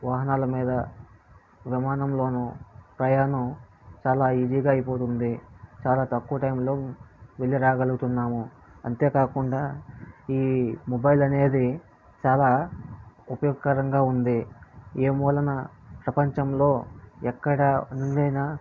వాహనాల మీద విమానంలోనూ ప్రయాణం చాలా ఈజీగా అయిపోతుంది చాలా తక్కువ టైంలో వెళ్ళి రాగలుగుతున్నాము అంతేకాకుండా ఈ మొబైల్ అనేది చాలా ఉపయోగకరంగా ఉంది ఏ మూలన ప్రపంచంలో ఎక్కడ నుండైనా